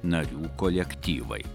narių kolektyvai